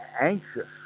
anxious